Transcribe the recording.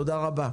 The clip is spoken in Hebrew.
תודה רבה.